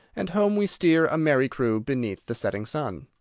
and home we steer, a merry crew, beneath the setting sun.